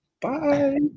Bye